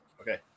Okay